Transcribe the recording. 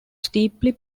steeply